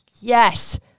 yes